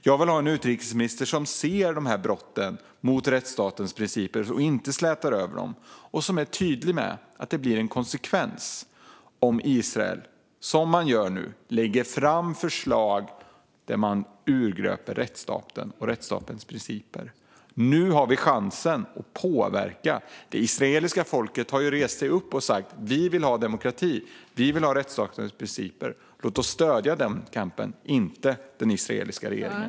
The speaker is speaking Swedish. Jag vill ha en utrikesminister som ser dessa brott mot rättsstatens principer, inte slätar över dem och är tydlig med att det blir konsekvenser om Israel som man nu gör lägger fram förslag som urgröper rättsstaten och rättsstatens principer. Nu har vi chansen att påverka. Det israeliska folket har rest sig upp och sagt att det vill ha demokrati och rättsstatens principer. Låt oss stödja denna kamp, inte den israeliska regeringen.